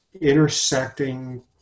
intersecting